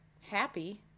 happy